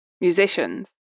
musicians